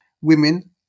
women